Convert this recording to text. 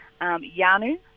Yanu